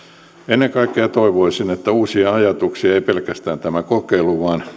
ennen kaikkea toivoisin uusia ajatuksia ei riitä pelkästään tämä kokeilu